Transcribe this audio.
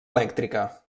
elèctrica